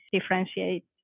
differentiate